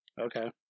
Okay